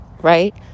right